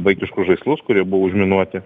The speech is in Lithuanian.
vaikiškus žaislus kurie buvo užminuoti